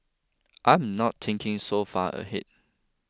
I'm not thinking so far ahead